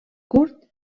curt